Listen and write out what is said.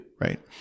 right